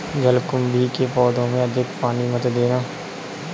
जलकुंभी के पौधों में अधिक पानी मत देना